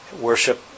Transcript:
Worship